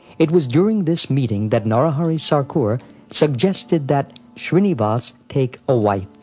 it was during this meeting that narahari sarkar suggested that shrinivas take a wife.